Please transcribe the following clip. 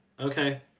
Okay